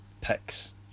picks